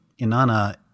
Inanna